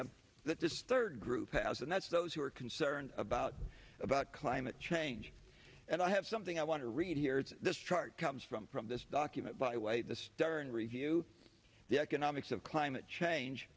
the that this third group has and that's those who are concerned about about climate change and i have something i want to read here this chart comes from from this document by way the stern review the economics of climate change